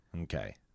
Okay